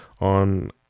on